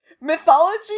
mythology